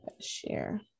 Share